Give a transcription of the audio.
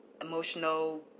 emotional